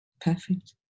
Perfect